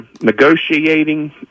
negotiating